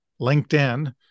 LinkedIn